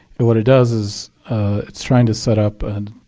and what it does is it's trying to set up, and